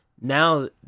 now